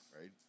right